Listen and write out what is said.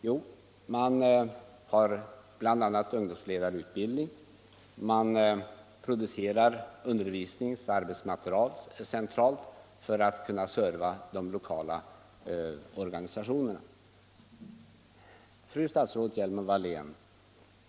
Jo, man har bl.a. ungdomsledarutbildning, man producerar undervisningsoch arbetsmaterial centralt för att kunna serva de lokala organisationerna. Fru statsrådet Hjelm-Wallén!